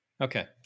Okay